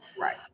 Right